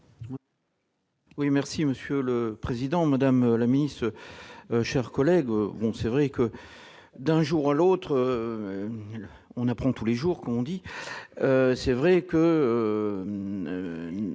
Oui, merci Monsieur le Président, Madame la ministre, chers collègues vont c'est vrai que d'un jour à l'autre, on apprend tous les jours qu'on dit, c'est vrai que